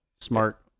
smart